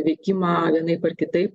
veikimą vienaip ar kitaip